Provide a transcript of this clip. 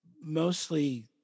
Mostly